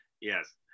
Yes